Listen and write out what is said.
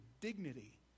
dignity